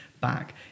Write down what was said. back